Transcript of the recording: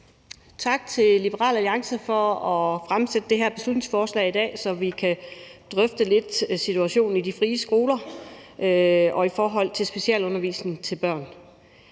Tak til Liberal Alliance for at fremsætte det her beslutningsforslag i dag, så vi lidt kan drøfte situationen i de frie skoler i forhold til specialundervisningen til børn.